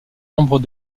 membres